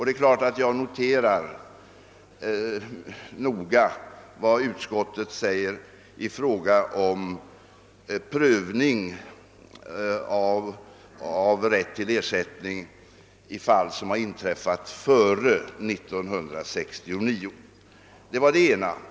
Det är klart att jag noga noterar vad utskottet säger om prövning av rätten till ersättning i de fall som inträffat före 1969. Det var det ena.